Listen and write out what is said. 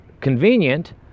convenient